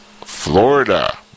Florida